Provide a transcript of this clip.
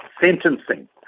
sentencing